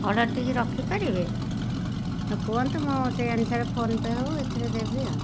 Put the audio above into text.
order ଟିକି ରଖିପାରିବେ କୁହନ୍ତୁ ମୁଁ ସେଇ ଅନୁସାରେ ଫୋନ୍ ପେ' ହଉ ଏଥିରେ ଦେବି ଆଉ